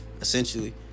essentially